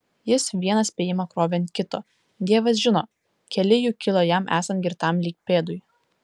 jis vieną spėjimą krovė ant kito dievas žino keli jų kilo jam esant girtam lyg pėdui